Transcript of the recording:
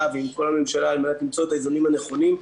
ועם כל הממשלה על מנת למצוא את האיזונים הנכונים.